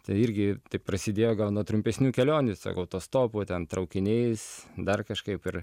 tai irgi taip prasidėjo nuo trumpesnių kelionių sako autostopu ten traukiniais dar kažkaip ir